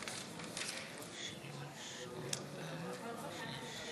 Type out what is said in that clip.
26 חברי כנסת,